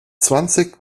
zwanzig